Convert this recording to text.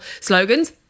slogans